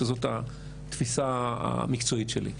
שזאת התפיסה המקצועית שלי.